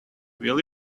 will